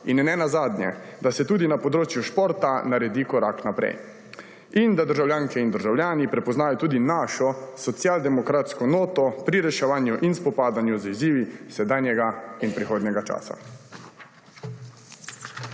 In nenazadnje, da se tudi na področju športa naredi korak naprej in da državljanke in državljani prepoznajo tudi našo socialdemokratsko noto pri reševanju in spopadanju z izzivi sedanjega in prihodnjega časa.